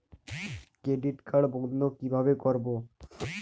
Credit card বন্ধ কিভাবে করবো?